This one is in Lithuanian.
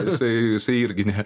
jisai jisai irgi